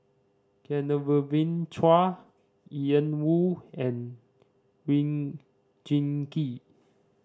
Genevieve Chua Ian Woo and Oon Jin Gee